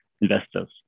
investors